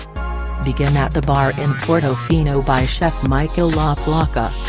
begin at the bar in portofino by chef michael laplaca.